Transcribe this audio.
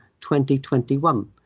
2021